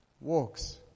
Walks